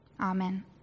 Amen